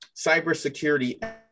cybersecurity